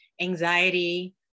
anxiety